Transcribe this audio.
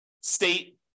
state